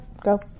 Go